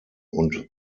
und